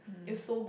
mm